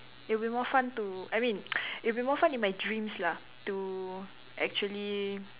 it'll be more fun to I mean it'll be more fun in my dreams lah to actually